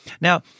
Now